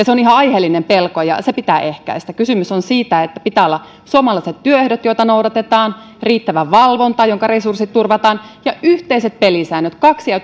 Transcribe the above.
se on ihan aiheellinen pelko ja se pitää ehkäistä kysymys on siitä että pitää olla suomalaiset työehdot joita noudatetaan riittävä valvonta jonka resurssit turvataan ja yhteiset pelisäännöt kaksia